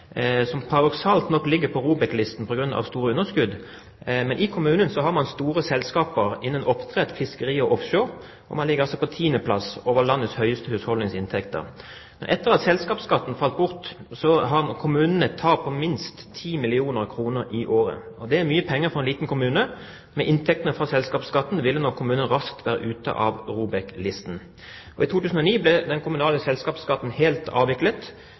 som – paradoksalt nok – ligger på ROBEK-listen på grunn av store underskudd, men i kommunen har man store selskaper innen oppdrett, fiskeri og offshore, og man ligger på tiendeplass når det gjelder landets høyeste husholdningsinntekter. Etter at selskapsskatten falt bort, har kommunen et tap på minst 10 mill. kr i året, og det er mye penger for en liten kommune. Med inntektene fra selskapsskatten ville nok kommunen raskt være ute av ROBEK-listen. I 2009 ble den kommunale selskapsskatten helt avviklet.